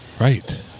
Right